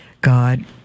God